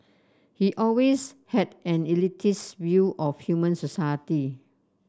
he always had an elitist view of human society